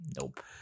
nope